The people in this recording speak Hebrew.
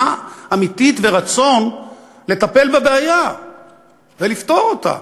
אמיתית ורצון לטפל בבעיה ולפתור אותה.